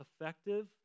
effective